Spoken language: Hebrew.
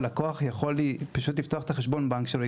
הלקוח יכול פשוט לפתוח את חשבון הבנק שלו,